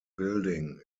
building